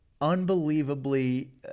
unbelievably